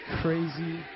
crazy